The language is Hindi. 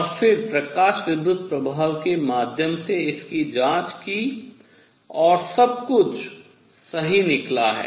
और फिर प्रकाश विद्युत् प्रभाव के माध्यम से इसकी जाँच की और सब कुछ सही निकला है